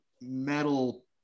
metal